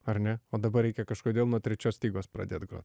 ar ne o dabar reikia kažkodėl nuo trečios lygos pradėt grot